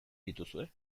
dituzue